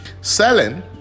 Selling